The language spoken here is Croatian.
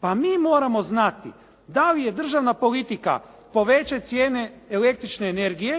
Pa mi moramo znati da li je državna politika po veće cijene električne energije